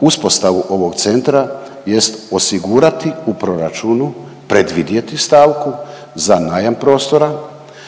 uspostavu ovog centra jest osigurati u proračunu, predvidjeti stavku za najam prostora,